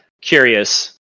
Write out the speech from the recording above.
curious